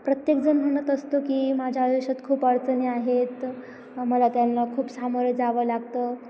प्रत्येकजण म्हणत असतो की माझ्या आयुष्यात खूप अडचणी आहेत मला त्यांना खूप सामोरे जावं लागतं